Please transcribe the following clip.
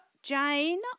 Jane